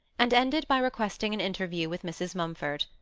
and ended by requesting an interview with mrs. mumford.